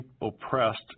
oppressed